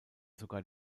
sogar